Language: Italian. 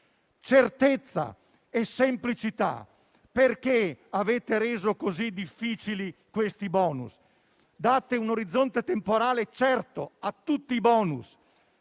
certezza e della semplicità: perché avete reso così difficili questi *bonus*? Date un orizzonte temporale certo a tutti i *bonus*;